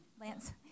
Lance